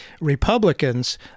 Republicans